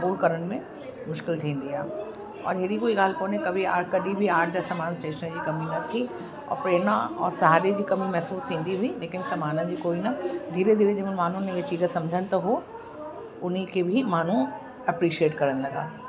क़बूलु करण में मुश्किलु थींदी आहे और अहिड़ी कोई ॻाल्हि कोन्हे कभी कॾहिं बि आर्ट जा सामान स्टेशनरी जी कमी न थी और प्रेरणा और साहरे जी कमी महिसूसु थींदी हुई लेकिन सामान जी कोई न धीरे धीरे जंहिंमें माण्हुनि इहे चीज़ सम्झण त उहो उन खे बि माण्हू एप्रिशिएट करणु लॻा